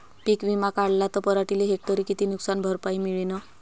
पीक विमा काढला त पराटीले हेक्टरी किती नुकसान भरपाई मिळीनं?